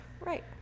Right